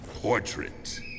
Portrait